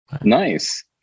nice